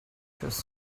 just